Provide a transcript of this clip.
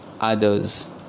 others